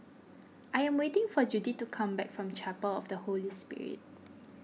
I am waiting for Judyth to come back from Chapel of the Holy Spirit